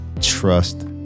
trust